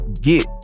get